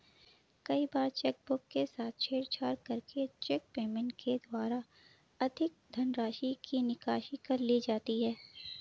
कई बार चेकबुक के साथ छेड़छाड़ करके चेक पेमेंट के द्वारा अधिक धनराशि की निकासी कर ली जाती है